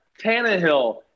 Tannehill